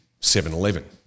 7-Eleven